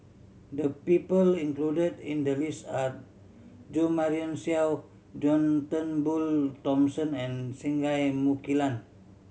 the people included in the list are Jo Marion Seow John Turnbull Thomson and Singai Mukilan